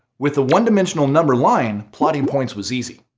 with a one dimensional number line, plotting points was easy.